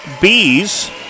Bees